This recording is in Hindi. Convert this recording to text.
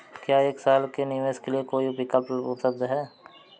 क्या एक साल के निवेश के लिए कोई विकल्प उपलब्ध है?